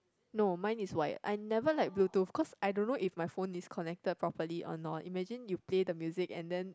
no mine is wired I never like Bluetooth because I don't know if my phone is connected properly or not imagine you play the music and then